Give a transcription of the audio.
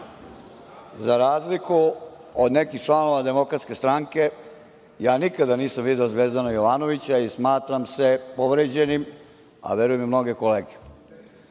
Za razliku od nekih članova DS-a, nikada nisam video Zvezdana Jovanovića i smatram se povređenim, a verujem i mnoge kolege.